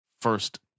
First